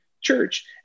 church